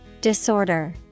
Disorder